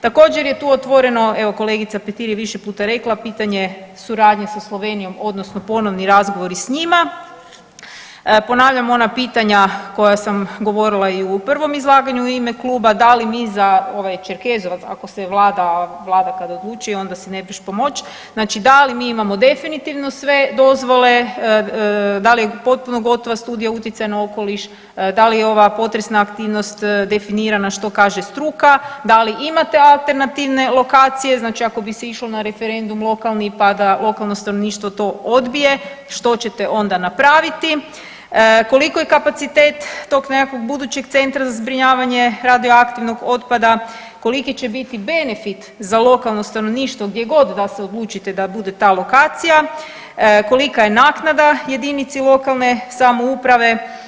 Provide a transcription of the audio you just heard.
Također je tu otvoreno, evo kolegica Petir je više puta rekla, pitanje suradnje sa Slovenijom odnosno ponovni razgovori s njima, ponavljam ona pitanja koja sam govorila i u prvom izlaganju u ime kluba, da li mi za ovaj Čerkezovac ako se vlada kada odluči onda si nemreš pomoć, znači da li imamo definitivno sve dozvole, da li je potpuno gotova Studija utjecaja na okoliš, da li je ova potresna aktivnosti definirana, što kaže struka, da li imate alternativne lokacije znači ako bi se išlo na referendum lokalni pa da lokano stanovništvo to odbije, što ćete onda napraviti, koliko je kapacitet tog nekakvog budućeg centra za zbrinjavanje radioaktivnog otpada, koliki će biti benefit za lokalno stanovništvo gdje god da se odlučite da bude ta lokacija, kolika je naknada jedinici lokalne samouprave.